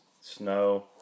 snow